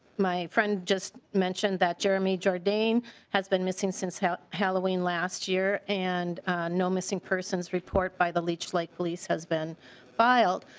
my friend just mentioned that jeremy jordan has been missing since halloween last year and no missing persons report by the leech lake police has been filed.